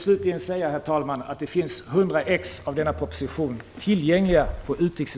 Slutligen vill jag säga att det finns